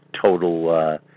total